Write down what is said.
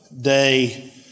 day